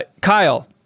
kyle